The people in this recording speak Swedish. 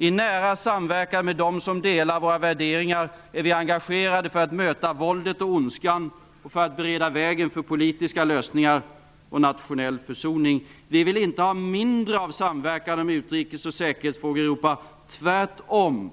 I nära samverkan med dem som delar våra värderingar är vi engagerade för att möta våldet och ondskan och för att bereda vägen för politiska lösningar och nationell försoning. Vi vill inte ha mindre av samverkan i utrikes och säkerhetsfrågor i Europa, tvärtom.